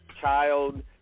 child